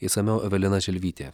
išsamiau evelina želvytė